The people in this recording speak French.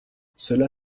cela